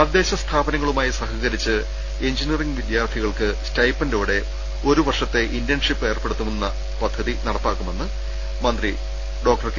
തദ്ദേശസ്ഥാപനങ്ങളുമായി സഹകരിച്ച് എഞ്ചിനിയറിംഗ് വിദ്യാർത്ഥികൾക്ക് സ്റ്റൈപ്പെന്റോടെ ഒരുവർഷത്തെ ഇന്റേൺഷിപ്പ് ഏർപ്പെ ടുത്തുന്ന പദ്ധതി നടപ്പാക്കുമെന്ന് മന്ത്രി ഡോക്ടർ കെ